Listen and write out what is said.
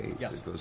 Yes